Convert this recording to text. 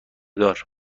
دار